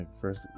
first